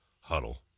huddle